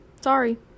sorry